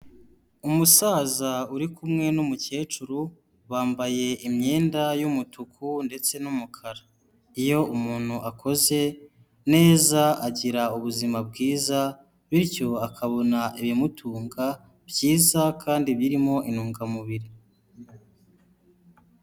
Umusaza uri kumwe n'umukecuru, bambaye imyenda y'umutuku ndetse n'umukara. Iyo umuntu akoze neza, agira ubuzima bwiza, bityo akabona ibimutunga byiza kandi birimo intungamubiri.